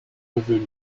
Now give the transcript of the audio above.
revenus